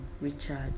Richard